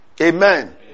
Amen